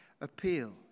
appeal